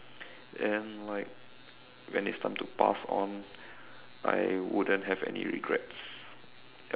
and like when it's time to pass on I wouldn't have any regrets yup